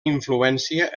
influència